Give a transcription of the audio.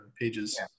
pages